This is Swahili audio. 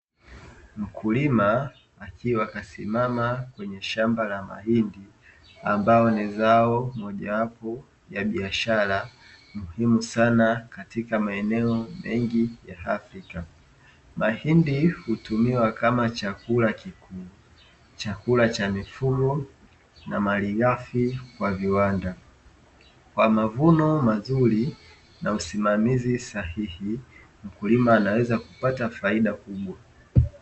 Mkulima akiwa kasimama kwenye shamba la mahindi ambao ni zao mojawapo ya biashara muhimu sana katika maeneo mengi ya afrika, mahindi hutumiwa kama chakula kikuu chakula cha mifugo na malighafi kwa viwanda kwa mavuno mazuri na usimamizi sahihi mkulima anaweza kupata faida kubwa.